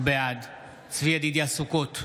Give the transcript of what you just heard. בעד צבי ידידיה סוכות,